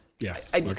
Yes